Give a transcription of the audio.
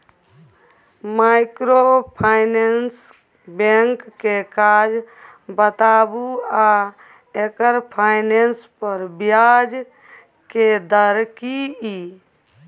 Microfinance bank के काज बताबू आ एकर फाइनेंस पर ब्याज के दर की इ?